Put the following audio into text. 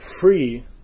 free